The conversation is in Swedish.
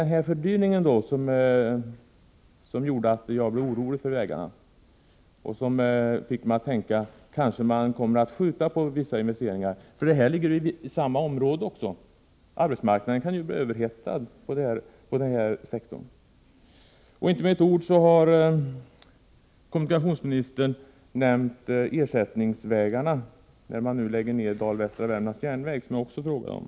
Denna fördyring har gjort att jag blivit orolig för de andra vägprojekten, och den har fått mig att tänka att man kanske kommer att uppskjuta vissa investeringar. Dessa vägprojekt ligger ju i samma område; arbetsmarknaden kan ju bli överhettad i den här sektorn. Kommunikationsministern har inte med ett ord nämnt ersättningsvägarna. Man lägger ju ned Dal-Västra Värmlands järnväg, som jag också frågade om.